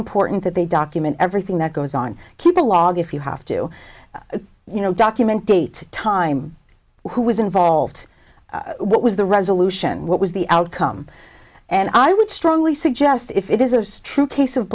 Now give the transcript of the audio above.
important that they document everything that goes on keep a log if you have to you know document date time who was involved what was the resolution what was the outcome and i would strongly suggest if it is or strew case of